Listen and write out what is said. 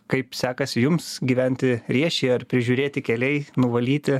kaip sekasi jums gyventi riešėje ar prižiūrėti keliai nuvalyti